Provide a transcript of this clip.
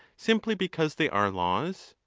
simply because they are laws?